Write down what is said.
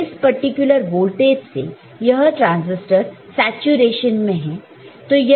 अब इस particular voltage से यह ट्रांसिस्टर सैचुरेशन में है